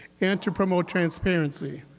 and to promote transparency.